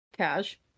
cash